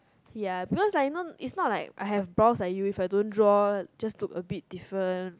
ya because I know it's not like I have brows like you if I don't draw just look a bit different